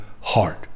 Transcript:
heart